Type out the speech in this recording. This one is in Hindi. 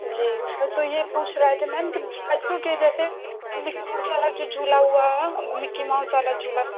जी तो ये पूछ रहे थे मैंम कि बच्चों के जैसे नी डांस वाला जो झूला हुआ मिक्की माउस वाला झूला